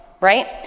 right